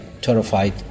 terrified